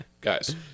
guys